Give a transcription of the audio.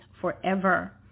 forever